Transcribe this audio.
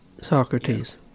Socrates